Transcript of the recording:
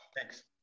Thanks